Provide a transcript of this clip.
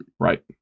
Right